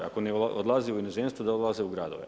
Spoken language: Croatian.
Ako ne odlaze u inozemstvo, da odlaze u gradove.